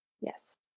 Yes